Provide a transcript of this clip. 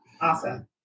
Awesome